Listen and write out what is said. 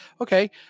okay